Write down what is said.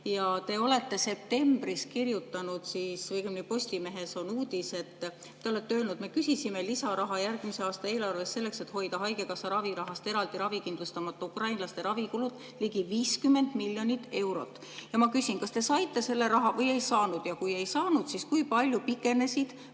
põlveoperatsioonid. Postimehes on uudis, et te olete öelnud, et te küsisite lisaraha järgmise aasta eelarvest, selleks et hoida haigekassa ravirahast eraldi ravikindlustamata ukrainlaste ravikulud, ligi 50 miljonit eurot. Ma küsin: kas te saite selle raha või ei saanud? Kui ei saanud, siis kui palju pikenesid